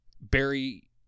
barry